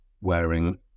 wearing